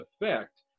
effect